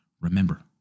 remember